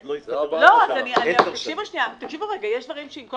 אז לא השגנו שום דבר.